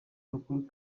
makuru